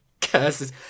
Curses